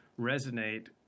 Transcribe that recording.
resonate